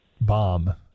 bomb